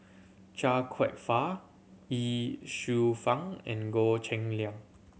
Chia Kwek Fah Ye Shufang and Goh Cheng Liang